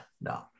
No